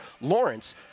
Lawrence